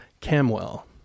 Camwell